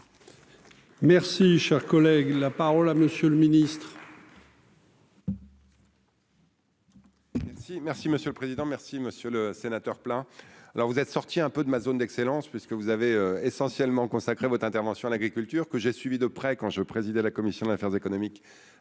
merci, cher collègue, la parole à Monsieur le Ministre. Merci, merci Monsieur le Président merci monsieur le sénateur plat alors vous êtes sortis un peu de ma zone d'excellence puisque vous avez essentiellement consacré votre intervention, l'agriculture, que j'ai suivi de près, quand je présidais la commission d'affaires économiques